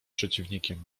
przeciwnikiem